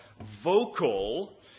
vocal